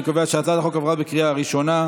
אני קובע שהצעת החוק עברה בקריאה ראשונה,